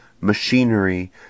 machinery